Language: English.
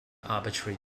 arbitrary